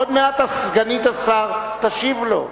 עוד מעט סגנית השר תשיב לו.